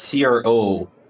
CRO